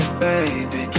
baby